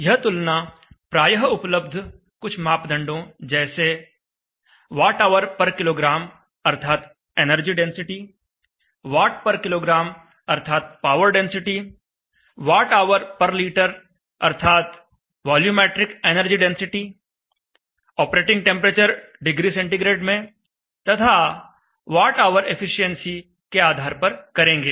यह तुलना प्रायः उपलब्ध कुछ मापदंडों जैसे Whkg अर्थात एनर्जी डेंसिटी Wkg अर्थात पावर डेंसिटी Whliter अर्थात volumetric energy density operating temperature degree centigrade में तथा Wh एफिशिएंसी के आधार पर करेंगे